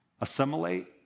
assimilate